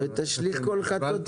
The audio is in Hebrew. גם עליהם